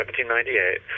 1798